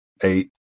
eight